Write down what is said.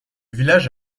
village